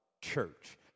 church